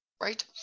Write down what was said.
Right